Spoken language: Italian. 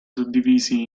suddivisi